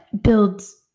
builds